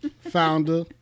founder